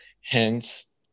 hence